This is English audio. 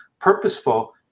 purposeful